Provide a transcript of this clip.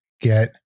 get